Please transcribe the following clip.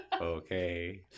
Okay